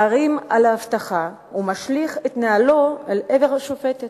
מערים על האבטחה ומשליך את נעלו לעבר השופטת,